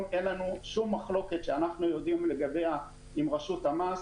אין לנו שום מחלוקת שאנחנו יודעים לגביה עם רשות המס.